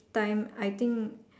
time I think